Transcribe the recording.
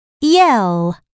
yell